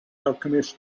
alchemist